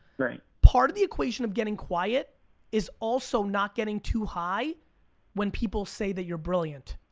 part of the equation of getting quiet is also not getting too high when people say that you're brilliant.